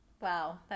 Wow